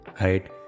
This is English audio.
right